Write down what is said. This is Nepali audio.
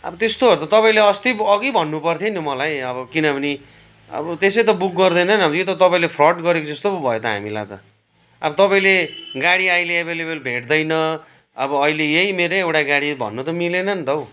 अब त्यस्तोहरू त तपाईँले अस्ति अघि भन्नु पर्थ्यो नि मलाई आबो किनभने अब त्यसै बुक गर्दैन यो त तपाईँले फ्रड गरेको जस्तो पो भयो त हामीलाई त अब तपाईँले गाडी अहिले एभाइलेबल भेट्दैन अब अहिले यही मेरो एउटा गाडी भन्नु त मिलेन नि त हौ